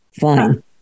fine